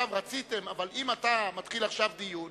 אם אתה עכשיו מתחיל דיון,